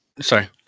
Sorry